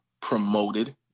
promoted